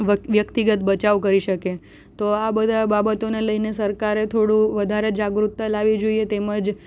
વ્યક્તિગત બચાવ કરી શકે તો આ બધા બાબતોને લઈને સરકારે થોડું વધારે જાગૃતતા લાવી જોઈએ તેમજ